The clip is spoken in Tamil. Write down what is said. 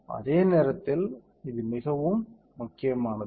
அதே நேரத்தில் இது மிகவும் முக்கியமானது